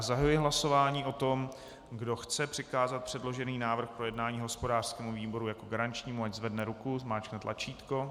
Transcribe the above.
Zahajuji hlasování o tom, kdo chce přikázat předložený návrh k projednání hospodářskému výboru jako garančnímu, ať zvedne ruku a zmáčkne tlačítko.